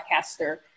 podcaster